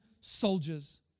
soldiers